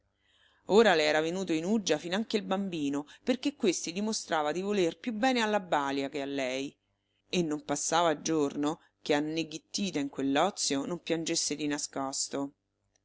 ora le era venuto in uggia finanche il bambino perché questi dimostrava di voler più bene alla balia che a lei e non passava giorno che anneghittita in quell'ozio non piangesse di nascosto